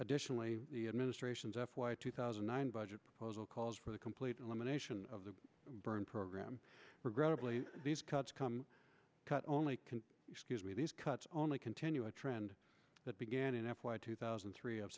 additionally the administration's f y two thousand and nine budget proposal calls for the complete elimination of the burn program regrettably these cuts come cut only can excuse me these cuts only continue a trend that began in f y two thousand and three of